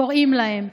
קוראים להם,